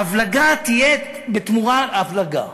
הבלגה תהיה בתמורה להבלגה.